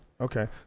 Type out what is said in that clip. okay